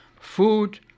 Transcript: Food